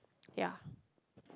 yeah